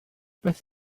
beth